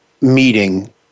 meeting